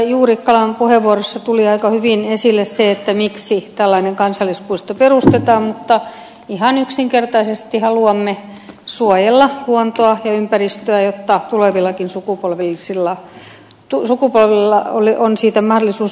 juurikkalan puheenvuorossa tuli aika hyvin esille se miksi tällainen kansallispuisto perustetaan mutta ihan yksinkertaisesti haluamme suojella luontoa ja ympäristöä jotta tulevillakin sukupolvilla on siitä mahdollisuus nauttia